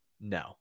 No